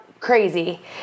Crazy